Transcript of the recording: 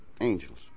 Angels